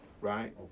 right